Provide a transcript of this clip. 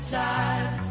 time